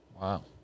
Wow